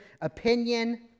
opinion